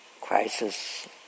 crisis